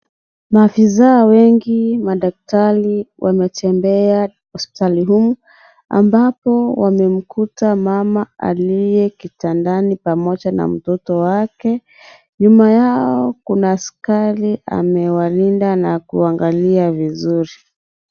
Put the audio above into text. Maafisa wengi madaktari wametembea hospitali humu, ambapo wamemkuta mama aliyekitandani pamoja na mtoto wake, nyuma yao kuna askari amewalinda na kuwaangalia vizuri.